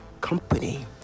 company